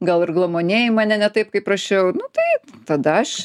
gal ir glamonėji mane ne taip kaip prašiau taip tada aš